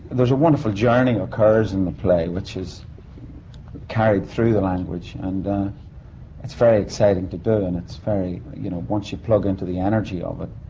there's a wonderful journey occurs in the play, which is carried through the language. and it's very exciting to do. and it's very, you know, once you plug into the energy of it,